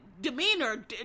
demeanor